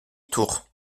tour